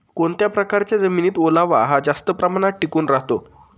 कोणत्या प्रकारच्या जमिनीत ओलावा हा जास्त प्रमाणात टिकून राहतो?